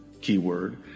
keyword